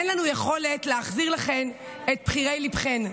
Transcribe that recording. אין לנו יכולת להחזיר לכן את בחירי ליבכן.